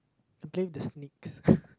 and play with the snakes